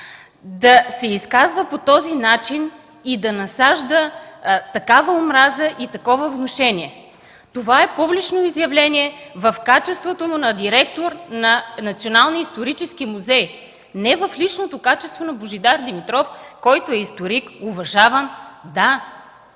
да се изказва по този начин и да насажда такава омраза и такова внушение. Това е публично изявление в качеството му на директор на Националния исторически музей, не в личното качество на Божидар Димитров, който е уважаван